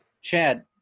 Chad